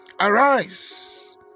Arise